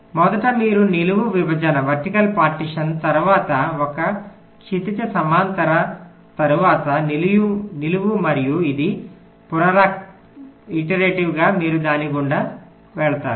మొదట మీరు నిలువు విభజన తరువాత ఒక క్షితిజ సమాంతర తరువాత నిలువు మరియు ఇది పునరుక్తిగా మీరు దాని గుండా వెళతారు